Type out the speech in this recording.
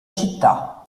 città